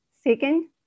second